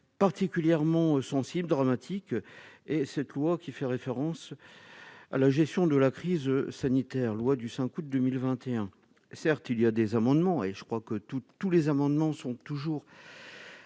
particulièrement sensibles dramatique et cette loi qui fait référence à la gestion de la crise sanitaire, loi du 5 août 2021, certes il y a des amendements et je crois que toutes tous les amendements sont toujours